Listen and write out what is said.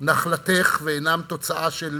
נחלתך ואינן תוצאה של